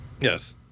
Yes